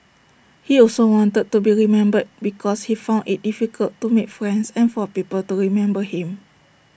he also wanted to be remembered because he found IT difficult to make friends and for people to remember him